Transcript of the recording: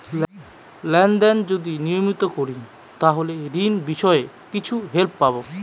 Lane দেন যদি নিয়মিত করি তাহলে ঋণ বিষয়ে কিছু হেল্প পাবো?